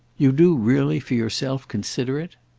you do really, for yourself, consider it?